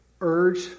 urge